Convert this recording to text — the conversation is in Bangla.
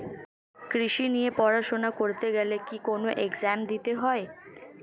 কৃষি নিয়ে পড়াশোনা করতে গেলে কি কোন এগজাম দিতে হয়?